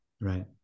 right